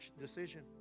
decision